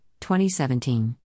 2017